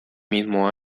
mismo